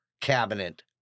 cabinet